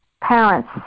parents